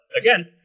again